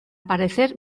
parecer